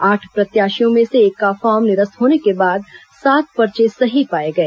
आठ प्रत्याशियों में से एक का फॉर्म निरस्त होने के बाद सात पर्चे सही पाए गए